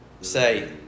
say